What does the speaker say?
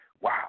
wow